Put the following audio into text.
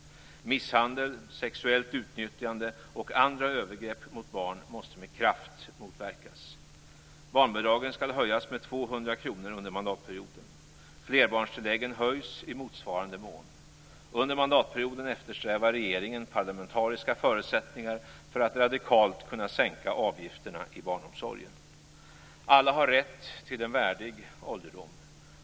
Misshandel, sexuellt utnyttjande och andra övergrepp mot barn måste med kraft motverkas. Barnbidragen skall höjas med 200 kr under mandatperioden. Flerbarnstilläggen höjs i motsvarande mån. Under mandatperioden eftersträvar regeringen parlamentariska förutsättningar för att radikalt kunna sänka avgifterna i barnomsorgen. Alla har rätt till en värdig ålderdom.